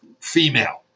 female